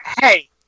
Hey